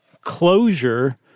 closure